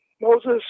moses